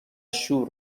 شور